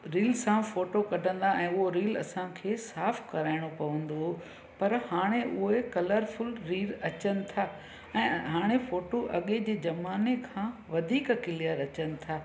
reels ऐं photo कढ़ंदा ऐं उहे रील असांखे साफ़ कराइणो पवंदो हो पर हाणे उहे कलरफुल रील अचनि था ऐं हाणे फ़ोटू अॻिए जी जमाने खां वधीक क्लीयर अचनि था